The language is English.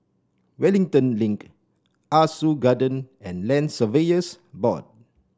Wellington Link Ah Soo Garden and Land Surveyors Board